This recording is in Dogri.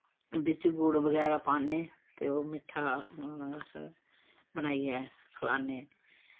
बिच्च गुड़ बगैरा पान्ने ते ओह् मिट्ठा अस बनाइयै खलान्ने